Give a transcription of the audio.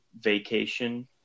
Vacation